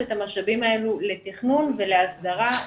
לתכנון ולהסדרה,